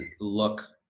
look